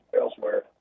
elsewhere